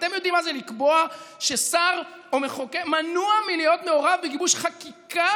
אתם יודעים מה זה לקבוע ששר מנוע מלהיות מעורב בגיבוש חקיקה?